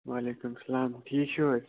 وعلیکُم سَلام ٹھیٖک چھِو حظ